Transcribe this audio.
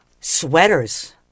sweaters